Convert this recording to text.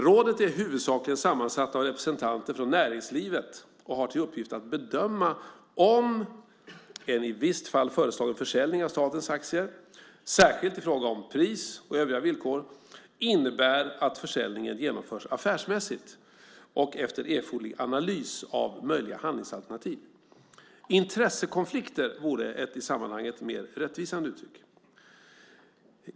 Rådet är huvudsakligen sammansatt av representanter för näringslivet och har till uppgift att bedöma om en i ett visst fall föreslagen försäljning av statens aktier, särskilt i fråga om pris och övriga villkor, innebär att försäljningen genomförs affärsmässigt och efter erforderlig analys av möjliga handlingsalternativ. "Intressekonflikter" vore ett i sammanhanget mer rättvisande uttryck.